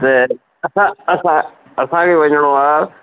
जे असां असां असांखे वञिणो आहे